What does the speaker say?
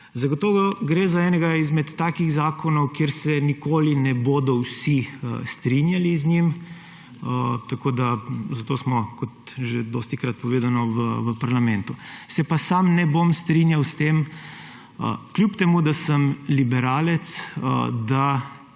Zagotovo gre za enega izmed takih zakonov, s katerim se nikoli ne bodo vsi strinjali, zato smo, kot že dostikrat povedano, v parlamentu. Se pa sam ne bom strinjal s tem, kljub temu, da sem liberalec, da